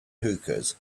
hookahs